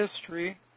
history